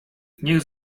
niech